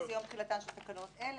זה יום תחילתן של תקנות אלה.